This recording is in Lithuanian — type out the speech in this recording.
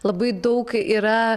labai daug yra